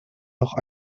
noch